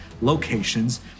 locations